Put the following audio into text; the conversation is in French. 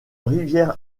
rivière